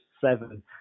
seven